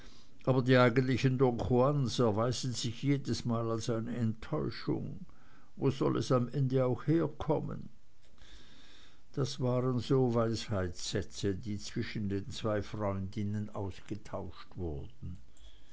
aber die eigentlichen don juans erweisen sich jedesmal als eine enttäuschung wo soll es am ende auch herkommen das waren so weisheitssätze die zwischen den zwei freundinnen ausgetauscht wurden